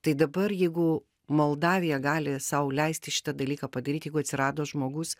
tai dabar jeigu moldavija gali sau leisti šitą dalyką padaryt jeigu atsirado žmogus